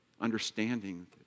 understanding